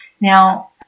Now